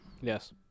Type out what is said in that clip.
Yes